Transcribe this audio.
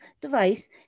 device